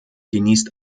genießt